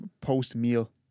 post-meal